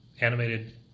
animated